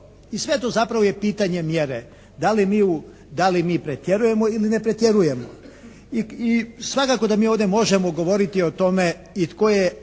I sve je to zapravo pitanje mjere. Da li mi pretjerujemo ili mi ne pretjerujemo? I svakako da mi ovdje možemo govoriti o tome i tko je